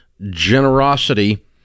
generosity